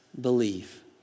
believe